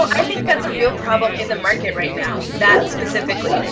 i think that's a real problem in the market right now. that specifically. ah